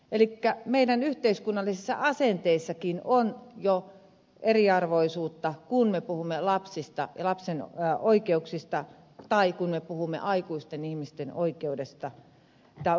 elikkä meidän yhteiskunnallisissa asenteissammekin on jo eriarvoisuutta kun me puhumme lapsista ja lapsen oikeuksista tai kun me puhumme aikuisten ihmisten oikeusturvasta